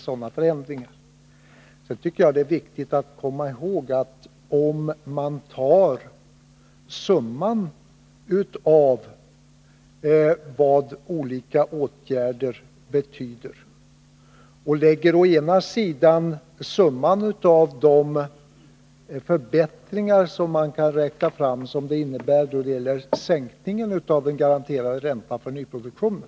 Sedan tycker jag att det är viktigt att komma ihåg vad som sker om man väger mot varandra vad olika åtgärder betyder. Lägg i den ena vågskålen summan av de förbättringar som det medför att den garanterade räntan sänkts för nyproduktionen.